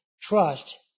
trust